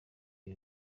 ibi